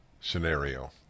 scenario